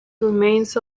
remains